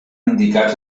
indicat